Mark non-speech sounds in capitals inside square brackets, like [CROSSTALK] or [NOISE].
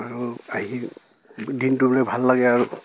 আৰু আহি [UNINTELLIGIBLE] দিনটো মানে ভাল লাগে আৰু